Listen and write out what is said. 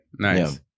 Nice